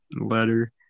letter